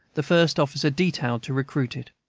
the first officer detailed to recruit it.